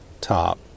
top